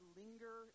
linger